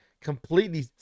completely